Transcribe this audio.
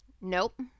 Nope